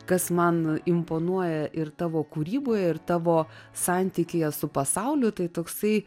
kas man imponuoja ir tavo kūryboje ir tavo santykyje su pasauliu tai toksai